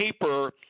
paper